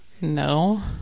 No